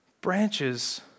Branches